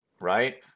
right